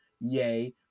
Yay